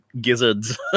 gizzards